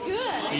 good